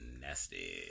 nasty